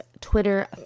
Twitter